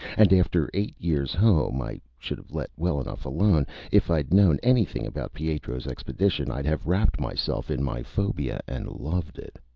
and after eight years home, i should have let well enough alone. if i'd known anything about pietro's expedition, i'd have wrapped myself in my phobia and loved it.